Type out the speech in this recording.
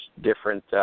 different